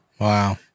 Wow